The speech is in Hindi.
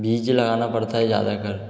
बीज लगाना पड़ता है जा जा कर